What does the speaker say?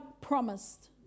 promised